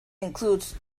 includes